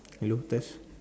hello test